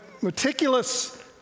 meticulous